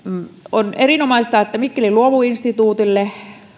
on erinomaista että mikkelin luomuinstituutille